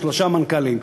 שלושה מנכ"לים.